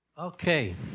Okay